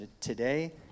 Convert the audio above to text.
today